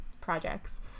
projects